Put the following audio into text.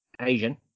Asian